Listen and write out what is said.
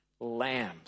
lambs